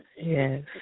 Yes